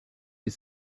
les